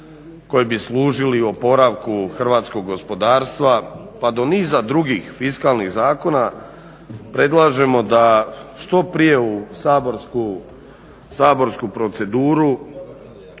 koji bi služili oporavku hrvatskog gospodarstva pa do niza drugih fiskalnih zakona, predlažemo da što prije u saborsku proceduru